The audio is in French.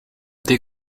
dès